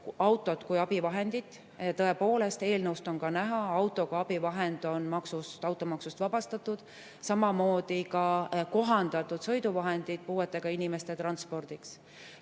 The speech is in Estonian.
autot kui abivahendit. Tõepoolest, eelnõust on ka näha, auto kui abivahend on automaksust vabastatud, samamoodi [on vabastatud] kohandatud sõiduvahendid puuetega inimeste transpordiks.